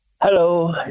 Hello